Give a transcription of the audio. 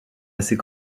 assez